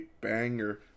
banger